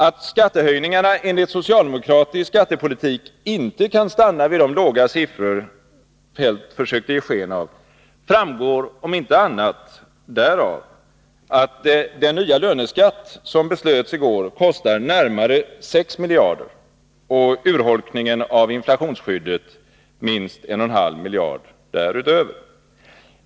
Att skattehöjningarna enligt socialdemokratisk skattepolitik inte kan stanna vid de låga siffror som Kjell-Olof Feldt försökte ge sken av framgår om inte annat därav att den nya löneskatt som beslöts i går kostar närmare 6 miljarder kronor och urholkningen av inflationsskyddet minst 1,5 miljard kronor därutöver.